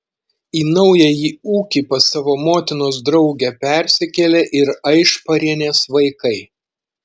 į naująjį ūkį pas savo motinos draugę persikėlė ir aišparienės vaikai